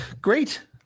Great